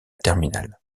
terminale